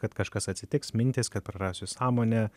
kad kažkas atsitiks mintys kad prarasiu sąmonę